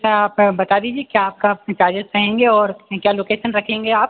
sir आप बता दीजिए क्या आपका उसमें चार्जेस रहेंगे और क्या लोकेसन रखेंगे आप